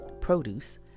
produce